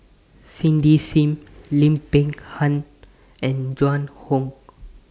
Cindy SIM Lim Peng Han and Joan Hon